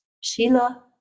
shila